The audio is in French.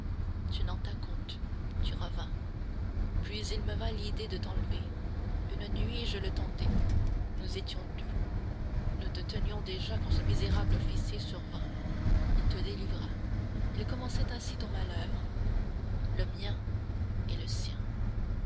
tu n'en tins compte tu revins puis il me vint l'idée de t'enlever une nuit je le tentai nous étions deux nous te tenions déjà quand ce misérable officier survint il te délivra il commençait ainsi ton malheur le mien et le sien